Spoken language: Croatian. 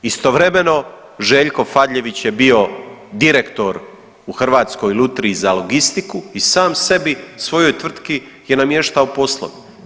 Istovremeno Željko Fadljević je bio direktor u Hrvatskoj lutriji za logistiku i sam sebi, svojoj tvrtki je namještao poslove.